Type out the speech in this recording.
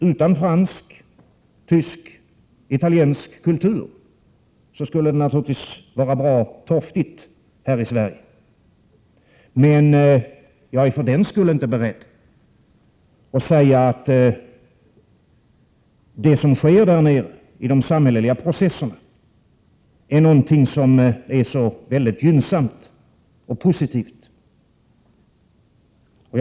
Utan fransk, tysk och italiensk kultur skulle det naturligtvis vara bra torftigt här i Sverige. Jag är för den skull inte beredd att säga att de samhälleliga processerna i dessa länder är väldigt gynnsamma och positiva.